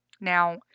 Now